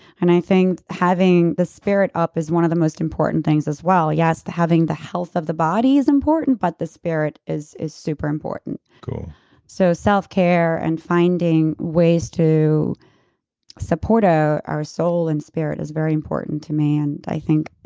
and i think having the spirit up is one of the most important things as well. yes, having the health of the body is important, but the spirit is is super important cool so, self-care, and finding ways to support ah our soul and spirit is very important to me. and i think,